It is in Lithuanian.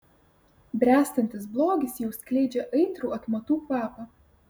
bręstantis blogis jau skleidžia aitrų atmatų kvapą